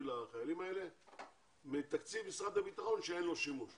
לחיילים האלה מתקציב משרד הביטחון שאין לו שימוש,